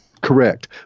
Correct